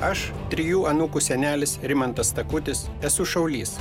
aš trijų anūkų senelis rimantas takutis esu šaulys